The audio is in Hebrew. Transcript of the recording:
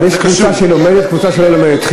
אבל יש קבוצה שלומדת וקבוצה שלא לומדת.